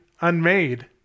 unmade